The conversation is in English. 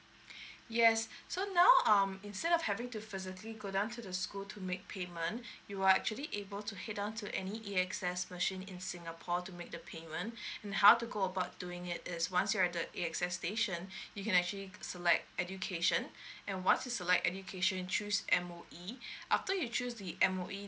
yes so now um instead of having to physically go down to the school to make payment you are actually able to head down to any A X S machine in singapore to make the payment and how to go about doing it is once you're at the A X S station you can actually select education and once you select education choose M_O_E after you choose the M_O_E